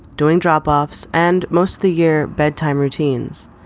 doing drop offs and most the year. bedtime routines.